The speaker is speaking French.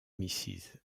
mrs